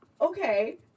okay